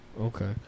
okay